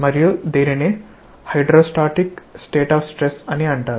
మరియు దీనిని hydrostatic state of stress అంటారు